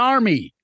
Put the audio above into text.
Army